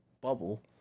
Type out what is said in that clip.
bubble